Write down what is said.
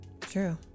true